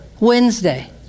Wednesday